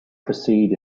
proceed